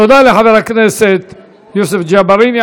תודה לחבר הכנסת יוסף ג'בארין.